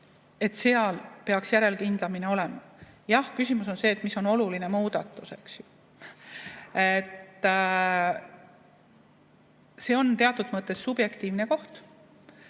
muudatusega, peaks järelhindamine olema. Jah, küsimus on see, mis on oluline muudatus. See on teatud mõttes subjektiivne koht.